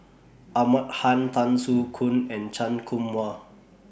Ahmad Han Tan Soo Khoon and Chan Kum Wah